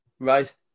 Right